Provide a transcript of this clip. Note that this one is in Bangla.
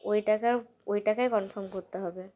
ওই টাকার ওই টাকায় কনফার্ম করতে হবে